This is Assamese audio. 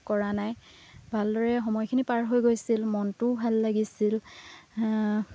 কৰা নাই ভালদৰে সময়খিনি পাৰ হৈ গৈছিল মনটোও ভাল লাগিছিল